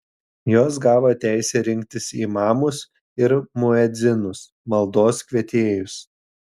jos gavo teisę rinktis imamus ir muedzinus maldos kvietėjus